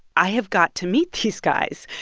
i have got to meet these guys.